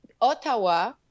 Ottawa